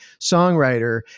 songwriter